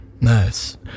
Nice